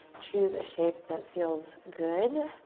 choose a shape that feels good.